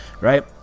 right